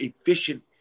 efficient